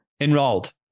Enrolled